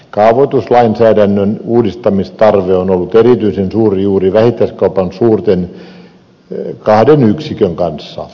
kaavoituslainsäädännön uudistamistarve on ollut erityisen suuri juuri vähittäiskaupan kahden suuren yksikön kanssa